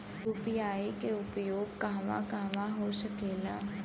UPI के उपयोग कहवा कहवा हो सकेला?